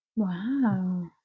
wow